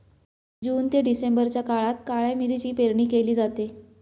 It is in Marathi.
जून ते डिसेंबरच्या काळात काळ्या मिरीची पेरणी केली जाते